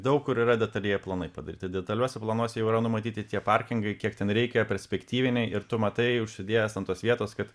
daug kur yra detalieji planai padaryti detaliuose planuose jau yra numatyti tie parkingai kiek ten reikia perspektyviniai ir tu matai užsidėjęs ant tos vietos kad